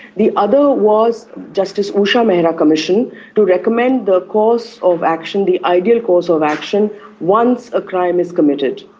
the other was justice usha um mehra and commission to recommend the course of action, the ideal course of action once a crime is committed.